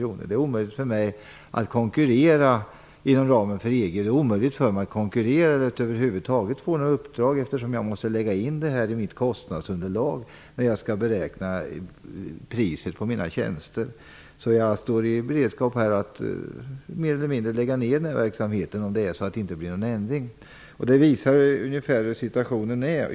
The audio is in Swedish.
Han sade att det är omöjligt för honom att konkurrera inom EG eller att över hu vud taget få några uppdrag, eftersom han måste lägga in försäkringen i sitt kostnadsunderlag när han skall beräkna priset på sina tjänster. Han står nu i begrepp att lägga ner verksamheten, om det inte blir någon ändring. Det här visar ungefär hur situationen är.